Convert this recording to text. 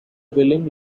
willing